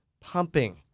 pumping